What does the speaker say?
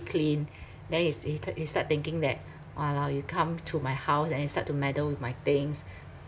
clean then is he t~ you start thinking that !walao! you come to my house and then you start to meddle with my things